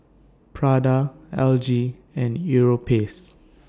Prada L G and Europace